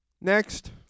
Next